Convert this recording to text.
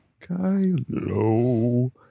Kylo